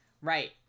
right